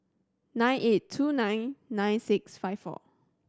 nine eight two nine nine six five four